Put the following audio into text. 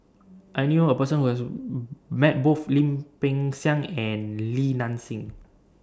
I knew A Person Who has Met Both Lim Peng Siang and Li Nanxing